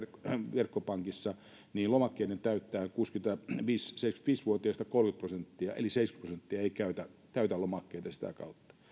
verkkopankissa niin lomakkeita täyttää kuusikymmentäviisi viiva seitsemänkymmentäviisi vuotiaista kolmekymmentä prosenttia eli seitsemänkymmentä prosenttia ei täytä lomakkeita sitä kautta